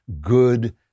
good